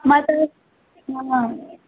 हमरा तऽ नहि